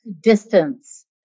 distance